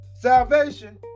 Salvation